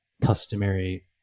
customary